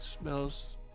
Smells